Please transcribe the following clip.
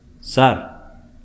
sir